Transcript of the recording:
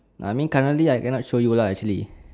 I mean currently I cannot show you lah actually